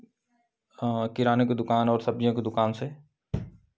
किराने की दुकान और सब्जियों की दुकान से